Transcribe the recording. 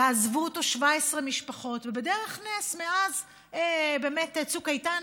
ועזבו אותו 17 משפחות, ובדרך נס מאז צוק איתן